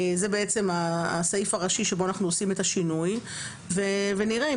זה בעצם הסעיף הראשי שבו אנחנו עושים את השינוי ונראה אם